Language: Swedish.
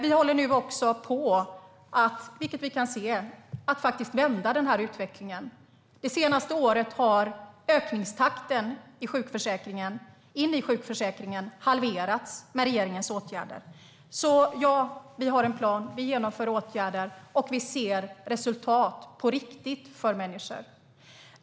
Vi kan också se att vi nu faktiskt håller på att vända utvecklingen. Med regeringens åtgärder har ökningstakten in i sjukförsäkringen halverats senaste året. Vi har en plan. Vi genomför åtgärder, och vi ser resultat, på riktigt, för människor.